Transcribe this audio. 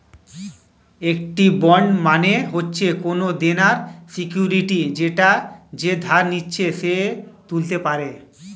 একটি বন্ড মানে হচ্ছে কোনো দেনার সিকিউরিটি যেটা যে ধার নিচ্ছে সে তুলতে পারে